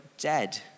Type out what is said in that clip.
dead